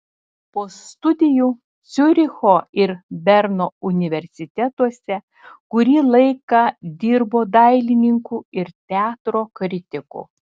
po studijų ciuricho ir berno universitetuose kurį laiką dirbo dailininku ir teatro kritiku